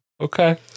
Okay